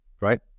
right